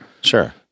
Sure